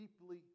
deeply